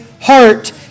heart